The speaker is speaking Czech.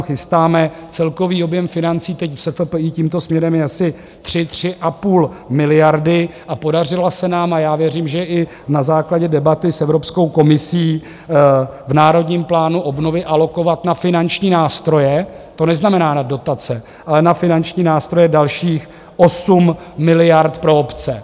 Chystáme celkový objem financí, teď v SFPI tímto směrem je asi 3 3,5 miliardy a podařilo se nám a já věřím, že i na základě debaty s Evropskou komisí v Národním plánu obnovy alokovat na finanční nástroje, to neznamená na dotace, ale na finanční nástroje, dalších 8 miliard pro obce.